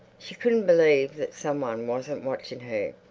she couldn't believe that some one wasn't watching her.